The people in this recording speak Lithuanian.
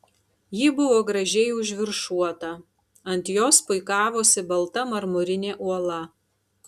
ji buvo gražiai užviršuota ant jos puikavosi balta marmurinė uola